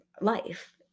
life